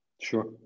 Sure